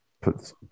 put